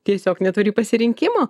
tiesiog neturi pasirinkimo